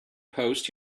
post